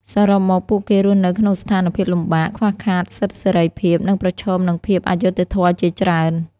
សរុបមក ពួកគេរស់នៅក្នុងស្ថានភាពលំបាក ខ្វះខាតសិទ្ធិសេរីភាព និងប្រឈមនឹងភាពអយុត្តិធម៌ជាច្រើន។